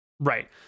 Right